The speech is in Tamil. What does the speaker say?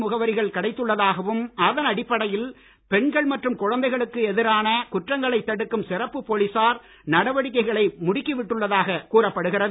முகவரிகள் கிடைத்தள்ளதாகவும் அதன் அடிப்படையில் பெண்கள் மற்றும் குழந்தைகளுக்கு எதிரான குற்றங்களைத் தடுக்கும் சிறப்பு போலீசார் நடவடிக்கையை முடுக்கி விட்டுள்ளதாகக் கூறப்படுகிறது